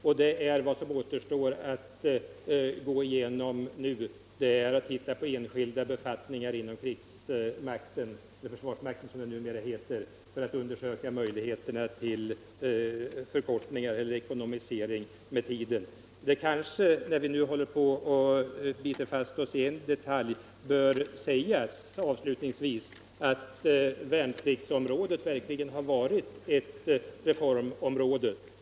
Vad som nu återstår är att gå igenom enskilda befattningar inom försvarsmakten för att undersöka möjligheterna till förkortningar eller ekonomisering med tiden. När vi nu håller på att bita oss fast vid en detalj kanske det avslutningsvis också bör sägas att värnpliktsområdet verkligen har varit ett reformområde.